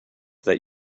that